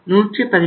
111